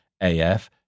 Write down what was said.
AF